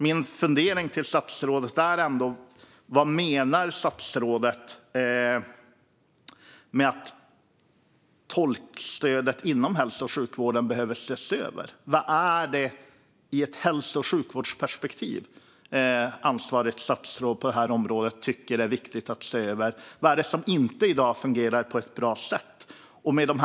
Min fundering till statsrådet är: Vad menar statsrådet med att tolkstödet inom hälso och sjukvården behöver ses över? Vad är det i ett hälso och sjukvårdsperspektiv som ansvarigt statsråd på området tycker är viktigt att se över? Vad är det som inte fungerar på ett bra sätt i dag?